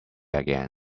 again